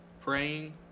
praying